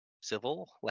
civil